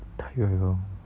她有